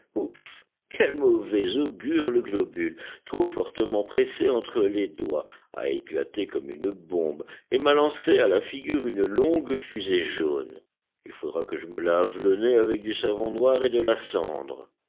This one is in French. quel mauvais augure le globule trop fortement pressé entre les doigts a éclaté comme une bombe et m'a lancé à la figure une longue fusée jaune il faudra que je me lave le nez avec du savon noir et de la cendre